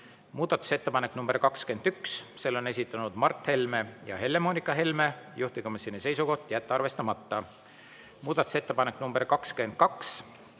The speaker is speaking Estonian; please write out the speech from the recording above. Muudatusettepanek nr 21, selle on esitanud Mart Helme ja Helle-Moonika Helme, juhtivkomisjoni seisukoht: jätta arvestamata. Muudatusettepanek nr 22,